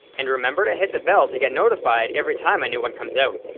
and remember to hit the bell to get notified every time a new one comes out.